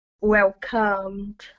welcomed